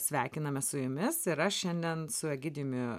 sveikinamės su jumis ir aš šiandien su egidijumi